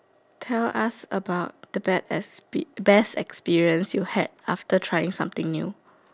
tell us about the bad expel best experience you had after trying something new